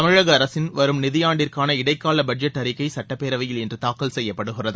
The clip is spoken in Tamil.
தமிழக அரசின் வரும் நிதியாண்டிற்கான இடைக்கால பட்ஜெட் அறிக்கை சட்டப்பேரவையில் இன்று தாக்கல் செய்யப்படுகிறது